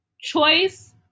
choice